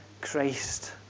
Christ